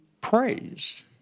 praise